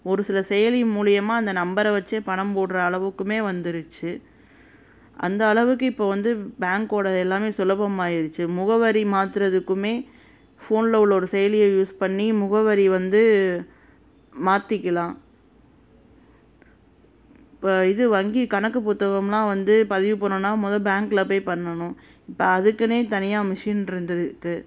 ஒரு சில செயலி மூலயமா அந்த நம்பரை வச்சே பணம் போடுற அளவுக்குமே வந்துருச்சு அந்த அளவுக்கு இப்போது வந்து பேங்க்கோட எல்லாமே சுலபமாயிருச்சு முகவரி மாத்துகிறதுக்குமே ஃபோன்ல உள்ள ஒரு செயலியை யூஸ் பண்ணி முகவரி வந்து மாற்றிக்கலாம் இப்போ இது வங்கி கணக்கு புத்தகம்லாம் வந்து பதிவு பண்ணணும்னா முத பேங்க்ல போய் பண்ணணும் இப்போ அதுக்குனே தனியாக மிஷின் இருந்துருக்குது